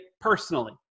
personally